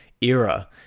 era